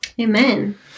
Amen